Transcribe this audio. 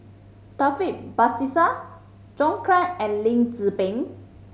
Taufik Batisah John Clang and Lim Tze Peng